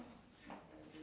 okay or not